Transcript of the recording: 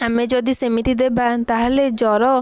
ଆମେ ଯଦି ସେମିତି ଦେବା ତାହାହେଲେ ଜ୍ଵର